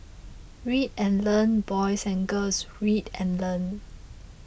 read and learn boys and girls read and learn